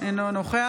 אינו נוכח